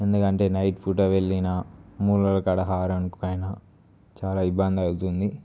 ఎందుకంటే నైట్ పూట వెళ్ళిన మూలల కాడ హారానికైన చాలా ఇబ్బంది అవుతుంది